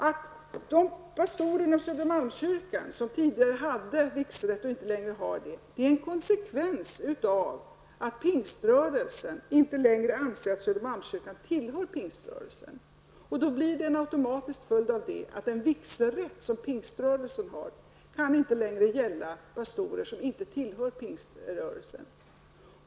Att det finns pastorer inom Södermalmskyrkan som tidigare hade vigselrätt men som inte längre har denna rätt är en konsekvens av att pingströrelsen inte längre anser att Södermalmskyrkan tillhör pingströrelsen. Härav följer automatiskt att den vigelsrätt som pingströrelsen har inte längre kan gälla pastorer som inte tillhör pingströrelsen.